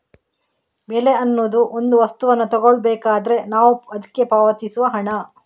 ಬೆಲೆ ಅನ್ನುದು ಒಂದು ವಸ್ತುವನ್ನ ತಗೊಳ್ಬೇಕಾದ್ರೆ ನಾವು ಅದ್ಕೆ ಪಾವತಿಸುವ ಹಣ